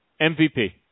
MVP